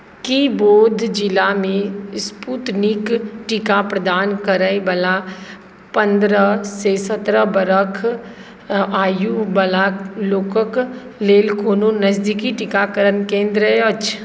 की बौद्ध जिलामे स्पूतनिक टीका प्रदान करयवला पन्द्रहसे सत्रह बरख आयु बलाक लोकक लेल कोनो नजदीकी टीकाकरण केन्द्र अछि